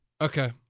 Okay